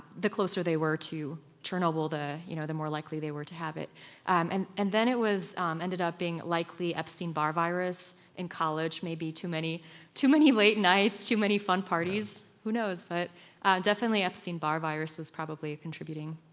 the closer they were to chernobyl, the you know the more likely they were to have it and and then it um ended up being likely virus in college, maybe too many too many late nights, too many fun parties, who knows? but definitely epstein-barr virus was probably a contributing.